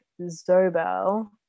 Zobel